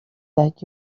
that